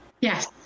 yes